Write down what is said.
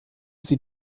sie